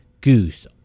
Goose